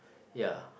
ya